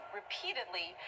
repeatedly